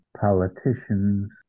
politicians